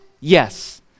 Yes